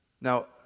Now